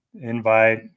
invite